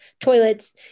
toilets